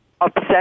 upset